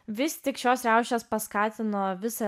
vis tik šios riaušės paskatino visą